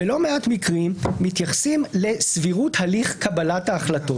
בלא מעט מקרים מתייחסים לסבירות הליך קבלת ההחלטות.